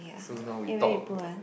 so now we talked about